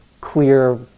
clear